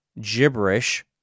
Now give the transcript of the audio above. gibberish